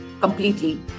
completely